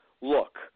look